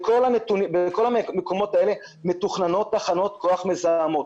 בכל המקומות האלה מתוכננות תחנות כוח מזהמות.